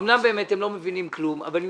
אמנם באמת הם לא מבינים כלום אבל הם